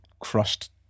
crushed